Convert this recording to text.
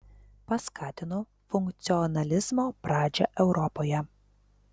paskatino funkcionalizmo pradžią europoje